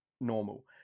normal